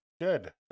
good